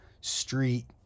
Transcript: street